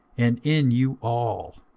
and in you all.